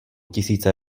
tisíce